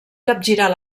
capgirar